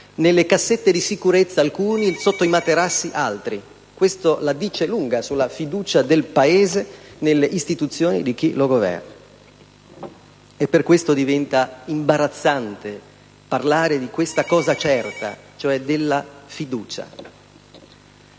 nelle cassette di sicurezza alcuni e sotto i materassi altri. Questo la dice lunga sulla fiducia del Paese nelle istituzioni e in chi lo governa. Per tale motivo, diventa imbarazzante parlare di questa cosa certa, cioè della fiducia.